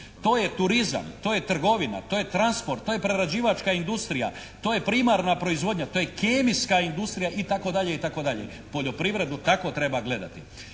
To je turizam, to je trgovina, to je transport, to je prerađivačka industrija, to je primarna proizvodnja, to je kemijska industrija itd., itd. Poljoprivredu tako treba gledati.